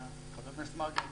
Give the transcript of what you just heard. חבר הכנסת מרגי,